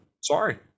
sorry